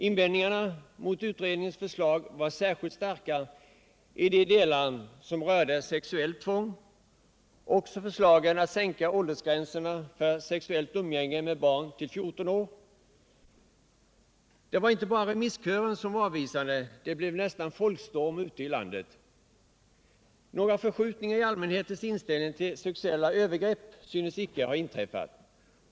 Invändningarna mot utredningens förslag var särskilt starka i de delar som rörde sexuellt tvång. Också förslaget att sänka åldersgränserna för sexuellt umgänge med barn till 14 år kritiserades starkt. Det var inte bara remisskören som var avvisande; det blev nästan folkstorm ute i landet. Några förskjutningar i allmänhetens inställning till sexuella övergrepp synes icke ha inträffat.